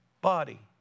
body